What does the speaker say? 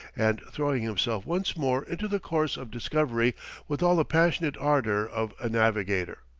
and throwing himself once more into the course of discovery with all the passionate ardour of a navigator.